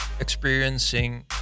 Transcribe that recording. experiencing